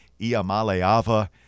Iamaleava